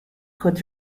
could